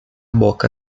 boca